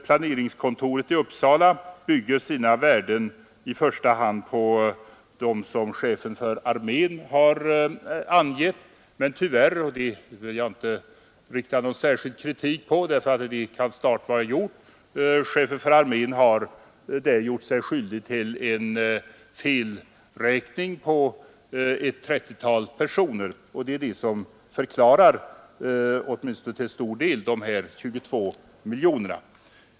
Planeringskontoret i Uppsala grundar sina värden i första hand på dem som chefen för armén har angett, men tyvärr — det vill jag inte rikta någon särskild kritik mot, det kan lätt vara gjort — har han gjort sig skyldig till en felberäkning på ett 30-tal personer, vilket åtminstone till stor del förklarar de 22 miljonerna.